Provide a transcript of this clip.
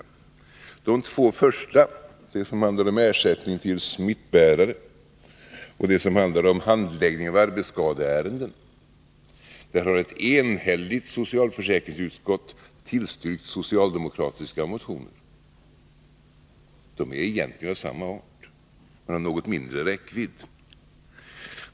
I de två första, som handlar om ersättning till smittbärare och om handläggningen av arbetsskadeärenden, har ett enhälligt socialförsäkringsutskott tillstyrkt socialdemokratiska motioner. Dessa ärenden är egentligen av samma art, men de har något mindre räckvidd.